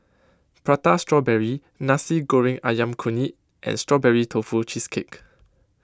Prata Strawberry Nasi Goreng Ayam Kunyit and Strawberry Tofu Cheesecake